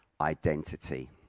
identity